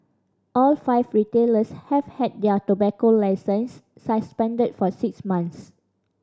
all five retailers have had their tobacco licences suspended for six month